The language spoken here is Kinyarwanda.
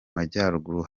majyaruguru